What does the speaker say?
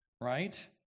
right